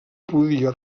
podia